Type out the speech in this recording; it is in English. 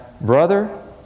brother